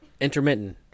intermittent